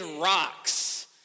rocks